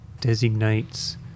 designates